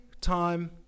time